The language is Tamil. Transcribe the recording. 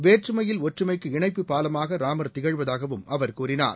வேற்றுமையில் ஒற்றுமைக்கு இணைப்புப் பாலமாக ராமர் திகழ்வதாகவும் அவர் கூறினார்